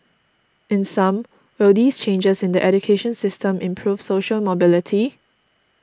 in sum will these changes in the education system improve social mobility